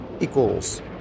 equals